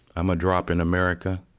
i'm a drop in america,